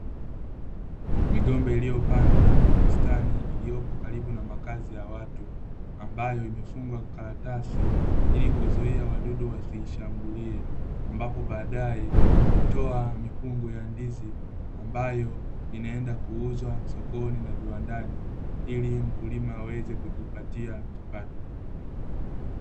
Migomba iliyopandwa kwenye bustani iliyopo karibu na makazi ya watu, ambayo imefungwa karatasi ili kuzuia wadudu wasiishambulie, ambapo baadaye hutoa mikungu ya ndizi ambayo inaenda kuuzwa sokoni na viwandani, ili mkulima aweze kujipatia kipato.